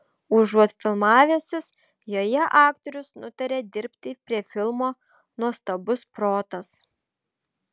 užuot filmavęsis joje aktorius nutarė dirbti prie filmo nuostabus protas